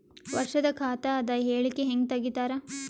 ವರ್ಷದ ಖಾತ ಅದ ಹೇಳಿಕಿ ಹೆಂಗ ತೆಗಿತಾರ?